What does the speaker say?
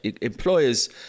employers